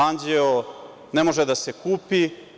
Anđeo ne može da se kupi.